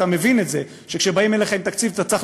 ואתה מבין את זה שכשבאים אליך עם תקציב אתה צריך